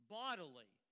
bodily